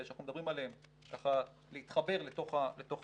שאנחנו מדברים עליהם ככה להתחבר לתוך הזרם.